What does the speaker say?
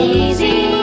easy